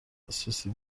دسترسی